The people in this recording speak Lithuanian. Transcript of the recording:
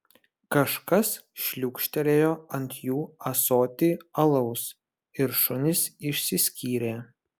kažkas šliūkštelėjo ant jų ąsotį alaus ir šunys išsiskyrė